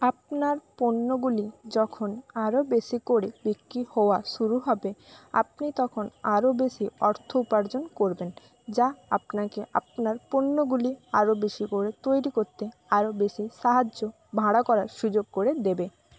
আপনার পণ্যগুলি যখন আরও বেশি করে বিক্রি হওয়া শুরু হবে আপনি তখন আরও বেশি অর্থ উপার্জন করবেন যা আপনাকে আপনার পণ্যগুলি আরও বেশি করে তৈরি করতে আরও বেশি সাহায্য ভাড়া করার সুযোগ করে দেবে